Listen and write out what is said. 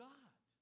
God